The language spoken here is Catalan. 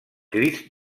crist